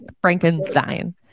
Frankenstein